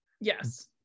Yes